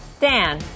Dan